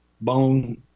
bone